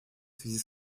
связи